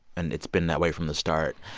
and it's been that way from the start.